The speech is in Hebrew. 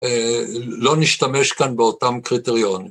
לא נשתמש כאן באותם קריטריון.